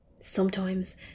Sometimes